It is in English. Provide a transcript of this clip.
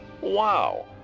Wow